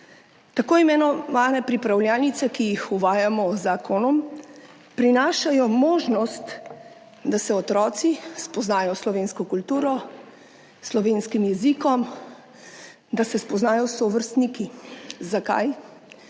Tako imenovane pripravljalnice, ki jih uvajamo z zakonom, prinašajo možnost, da se otroci spoznajo s slovensko kulturo, s slovenskim jezikom, da se spoznajo s sovrstniki. Zakaj?